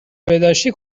بهداشتی